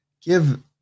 give